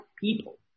people